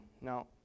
Now